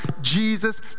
Jesus